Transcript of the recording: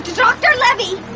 d-d-doctor levy,